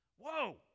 Whoa